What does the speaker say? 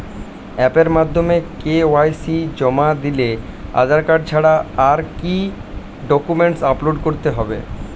অ্যাপের মাধ্যমে কে.ওয়াই.সি জমা দিলে আধার কার্ড ছাড়া আর কি কি ডকুমেন্টস আপলোড করতে হবে?